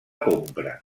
compra